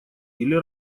или